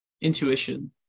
intuition